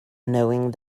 knowing